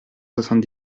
soixante